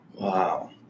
Wow